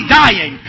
dying